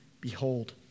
Behold